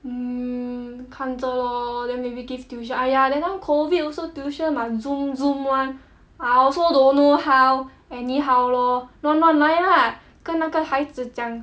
mmhmm 看着 lor then maybe give tuition !aiya! that time COVID also tuition must Zoom Zoom [one] I also don't know how anyhow lor 乱乱来啊跟那个孩子讲